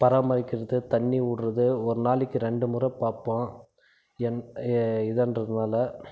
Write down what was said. பராமரிக்கிறது தண்ணி விடுறது ஒரு நாளைக்கி ரெண்டு முறை பார்ப்போம் என் இதான்றதுனால்